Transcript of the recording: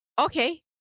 Okay